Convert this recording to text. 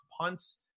punts